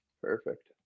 Perfect